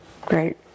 Great